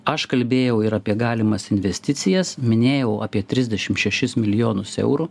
aš kalbėjau ir apie galimas investicijas minėjau apie trisdešimt šešis milijonus eurų